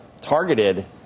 targeted